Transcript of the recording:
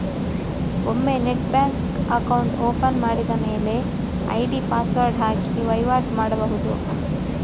ಒಮ್ಮೆ net bank account open ಮಾಡಿದ ಮೇಲೆ ಐಡಿ ಪಾಸ್ವರ್ಡ್ ಹಾಕಿ ವೈವಾಟು ಮಾಡ್ಬಹುದು